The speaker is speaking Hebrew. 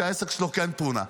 שהעסק שלו כן פונה.